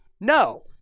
No